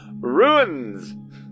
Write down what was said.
Ruins